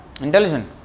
Intelligent